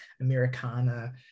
Americana